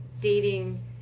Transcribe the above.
dating